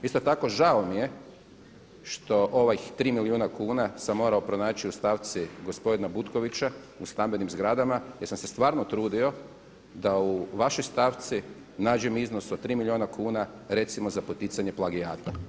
Isto tako žao mi je što ovih 3 milijuna kuna se mora pronaći u stavci gospodina Butkovića, u stambenim zgradama jer sam se stvarno trudio da u vašoj stavci nađem iznos od 3 milijuna kuna recimo za poticanje plagijata.